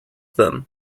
them